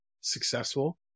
successful